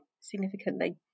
significantly